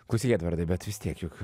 klausyk edvardai bet vis tiek juk